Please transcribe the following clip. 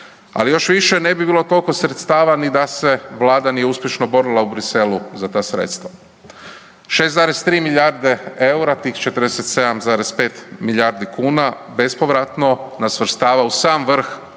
Ali još više ne bi bilo tolko sredstava ni da se vlada nije uspješno borila u Briselu za ta sredstva. 6,3 milijardi EUR-a tih 47,5 milijuni kuna bespovratno nas svrstava u sam vrh